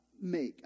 make